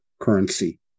currency